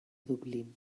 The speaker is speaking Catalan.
dublín